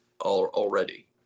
already